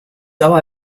aber